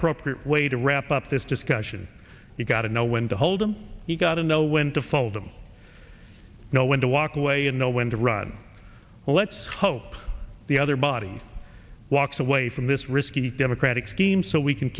appropriate way to wrap up this discussion you gotta know when to hold them you gotta know when to fold them know when to walk away and know when to run well let's hope the other body walks away from this risky democratic scheme so we can